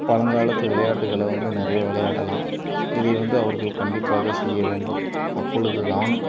பழங்காலத்து விளையாட்டுகளை வந்து நிறைய விளையாடலாம் இதை வந்து அவர்கள் கண்டிப்பாக செய்ய வேண்டும் அப்பொழுதுதான்